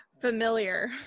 familiar